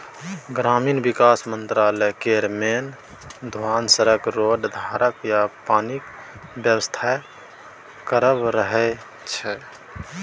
ग्रामीण बिकास मंत्रालय केर मेन धेआन सड़क, रोड, घरक आ पानिक बेबस्था करब रहय छै